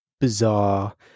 bizarre